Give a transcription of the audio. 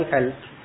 Health